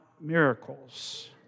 miracles